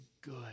good